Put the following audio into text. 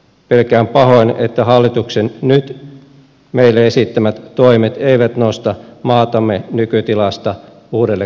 pelkään pahoin että hallituksen nyt meille esittämät toimet eivät nosta maatamme nykytilasta uudelle kasvu uralle